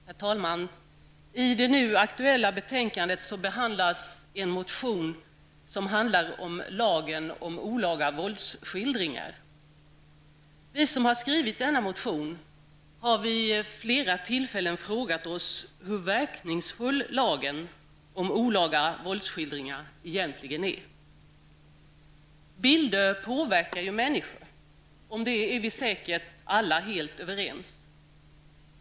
Herr talman! I det nu aktuella betänkandet behandlas en motion som handlar om lagen om olaga våldsskildringar. Vi som har skrivit denna motion har vid flera tillfällen frågat oss hur verkningsfull lagen om olaga våldsskildringar egentligen är. Bilder påverkar ju människor. Detta är vi säkert alla helt överens om.